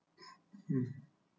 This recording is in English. um